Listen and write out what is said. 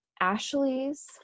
Ashley's